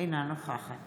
אינה נוכחת